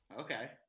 okay